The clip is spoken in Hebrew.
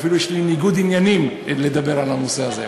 אפילו יש לי ניגוד עניינים לדבר על הנושא הזה.